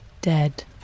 dead